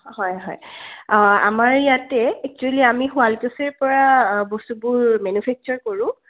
হয় হয় আমাৰ ইয়াতে একচুৱেলি আমি শুৱালকুছিৰ পৰা বস্তুবোৰ মেনুফেকচাৰ কৰোঁ